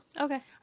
Okay